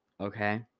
okay